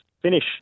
finish